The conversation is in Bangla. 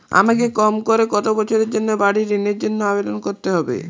আমাকে কম করে কতো বছরের জন্য বাড়ীর ঋণের জন্য আবেদন করতে হবে?